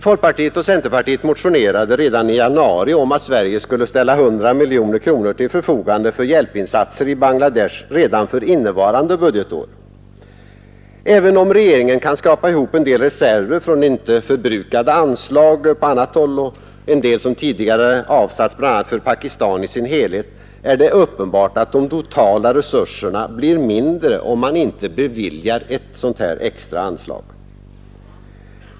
Folkpartiet och centerpartiet motionerade redan i januari om att Sverige skulle ställa 100 miljoner kronor till förfogande för hjälpinsatser i Bangladesh redan för innevarande budgetår. Även om regeringen kan skrapa ihop en del reserver från icke förbrukade anslag på annat håll och en del som tidigare avsatts bl.a. för Pakistan i dess helhet, är det uppenbart att de totala resurserna blir mindre om man inte beviljar ett sådant extra anslag.